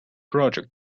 project